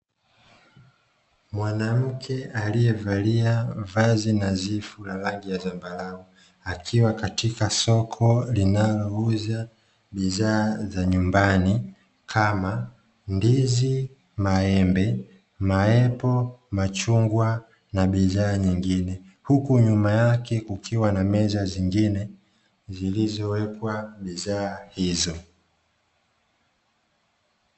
Mwanamke alievalia vazi nadhifu la rangi ya dhambarau, akiwa katika soko linalouza bidhaa za nyumbani, kama:ndizi, maembe, tufaha, machungwa na bidhaa nyingine. Huku nyuma yake kukiwa na meza zingine, zilizowekwa bidhaa hizo.